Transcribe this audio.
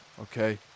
Okay